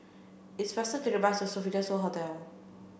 it is faster to take the bus to Sofitel So Hotel